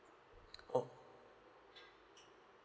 oh